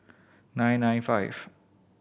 nine nine five